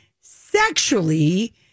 sexually